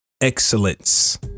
Excellence